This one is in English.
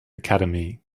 academy